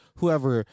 Whoever